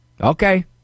Okay